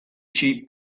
cheap